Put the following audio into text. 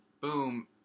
boom